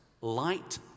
light